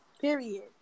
Period